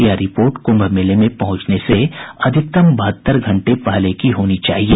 यह रिपोर्ट कुंभ मेले में पहुंचने से अधिकतम बहत्तर घंटे पहले की होनी चाहिए